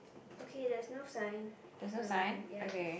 there's no sign okay